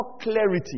clarity